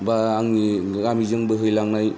बा आंनि गामिजों बोहैलांनाय